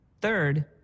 Third